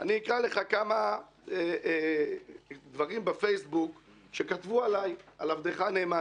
אני נשאלתי על-ידי יושבת-הראש על סוגיה של המיקום ועבירות ברשת.